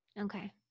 okay